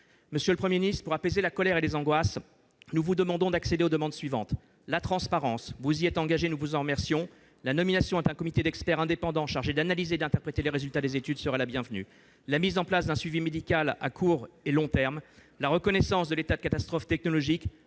Monsieur le Premier ministre, pour apaiser la colère et les angoisses, nous vous demandons d'accéder aux demandes suivantes : la transparence- vous y êtes engagé, nous vous en remercions ; la nomination d'un comité d'experts indépendants chargé d'analyser et d'interpréter les résultats des études ; la mise en place d'un suivi médical à court et long terme ; la reconnaissance de l'état de catastrophe technologique,